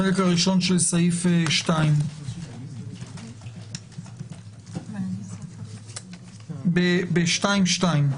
החלק הראשון של סעיף 2. ב-2(2).